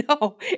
No